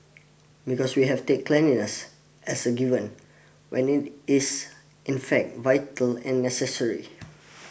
because we have take cleanliness as a given when it is in fact vital and necessary